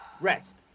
rest